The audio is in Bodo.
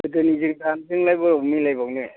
गोदोनिजों दानिजोंलाय बबाव मिलायबावनो